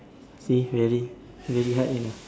see very very hard you know